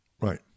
right